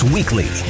Weekly